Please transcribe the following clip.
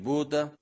Buddha